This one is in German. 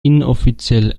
inoffiziell